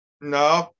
No